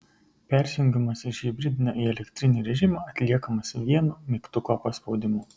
persijungimas iš hibridinio į elektrinį režimą atliekamas vienu mygtuko paspaudimu